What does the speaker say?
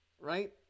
Right